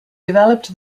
developed